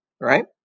Right